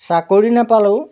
চাকৰি নাপালেও